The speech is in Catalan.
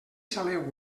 saleu